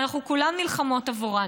ואנחנו כולן נלחמות עבורן,